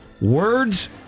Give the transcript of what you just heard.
Words